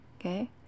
okay